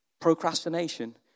Procrastination